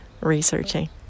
researching